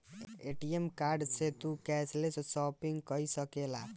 ATM card से तू cashless shopping कई सकेला